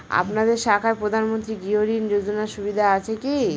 আপনাদের শাখায় প্রধানমন্ত্রী গৃহ ঋণ যোজনার সুবিধা আছে কি?